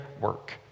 work